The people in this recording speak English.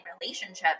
relationships